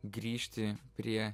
grįžti prie